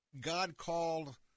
God-called